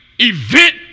event